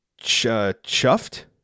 chuffed